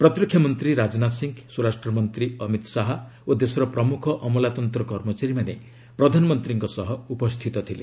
ପ୍ରତିରକ୍ଷା ମନ୍ତ୍ରୀ ରାଜନାଥ ସିଂହ ସ୍ୱରାଷ୍ଟ୍ରମନ୍ତ୍ରୀ ଅମିତ ଶାହା ଓ ଦେଶର ପ୍ରମୁଖ ଅମଲାତନ୍ତ କର୍ମଚାରୀମାନେ ପ୍ରଧାନମନ୍ତ୍ରୀଙ୍କ ସହ ଉପସ୍ଥିତ ଥିଲେ